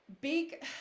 big